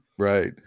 Right